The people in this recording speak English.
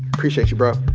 appreciate you, bro.